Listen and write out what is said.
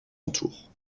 entoure